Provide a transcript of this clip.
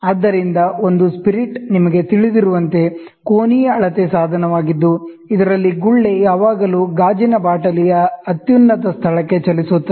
ಆದ್ದರಿಂದ ಒಂದು ಸ್ಪಿರಿಟ್ ನಿಮಗೆ ತಿಳಿದಿರುವಂತೆ ಕೋನೀಯ ಅಳತೆ ಸಾಧನವಾಗಿದ್ದು ಇದರಲ್ಲಿ ಬಬಲ್ ಯಾವಾಗಲೂ ಗಾಜಿನ ಬಾಟಲಿಯ ಅತ್ಯುನ್ನತ ಸ್ಥಳಕ್ಕೆ ಚಲಿಸುತ್ತದೆ